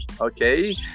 Okay